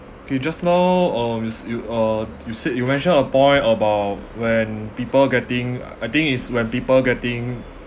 you just now um is you uh you said you mentioned a point about when people getting I think is when people getting